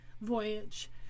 voyage